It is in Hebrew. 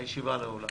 הישיבה נעולה.